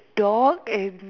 dog and